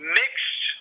mixed